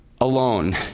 alone